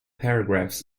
paragraphs